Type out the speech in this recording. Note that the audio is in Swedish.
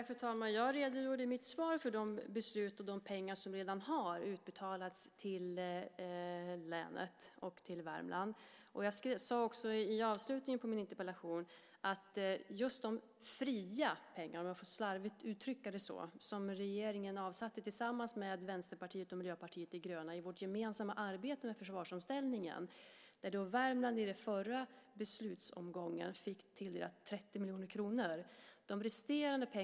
Fru talman! Jag redogjorde i mitt svar för de beslut och de pengar som redan utbetalats till länen, och då även till Värmland. Jag sade också i slutet av interpellationssvaret att när det gällde de fria pengarna, om jag lite slarvigt får uttrycka det så, som regeringen tillsammans med Vänsterpartiet och Miljöpartiet de gröna avsatte i det gemensamma arbetet med försvarsomställningen, fick Värmland i den förra beslutsomgången tilldelat 30 miljoner kronor.